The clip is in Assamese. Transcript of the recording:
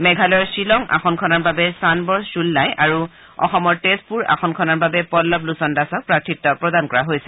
মেঘালয়ৰ শ্বিলং আসনখনৰ বাবে সানবৰ খুল্লাই আৰু অসমৰ তেজপুৰ আসনখনৰ বাবে পল্লব লোচন দাসক প্ৰাৰ্থিত্ব প্ৰদান কৰা হৈছে